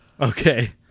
Okay